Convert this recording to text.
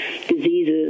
diseases